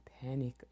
panic